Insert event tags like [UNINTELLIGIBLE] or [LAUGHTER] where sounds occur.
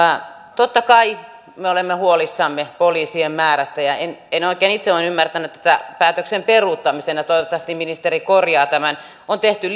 totta kai me olemme huolissamme poliisien määrästä ja en en oikein itse ole ymmärtänyt tätä päätöksen peruuttamisena ja toivottavasti ministeri korjaa tämän on tehty [UNINTELLIGIBLE]